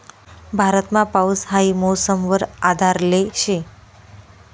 भारतमा पाऊस हाई मौसम वर आधारले शे